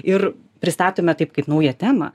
ir pristatome taip kaip naują temą